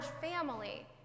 family